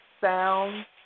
sound